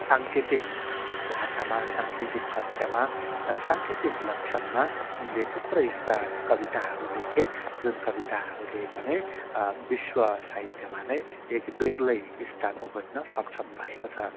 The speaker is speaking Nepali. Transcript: साङ्केतिक भाषामा साङ्केतिक कथ्यमा साङ्केतिक लक्षणमा उनले थुप्रै यस्ता कविताहरू लेखे जुन कविताहरूले पनि विश्व साहित्यमा नै एक बेग्लै स्थान ओगट्न सक्षम भएको छ